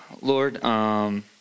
Lord